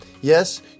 Yes